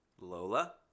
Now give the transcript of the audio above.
Lola